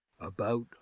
about